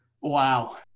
Wow